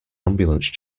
ambulance